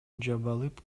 жабылып